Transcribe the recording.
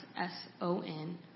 S-O-N